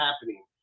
happening